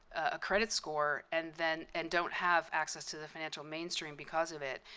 a credit score. and then and don't have access to the financial mainstream because of it.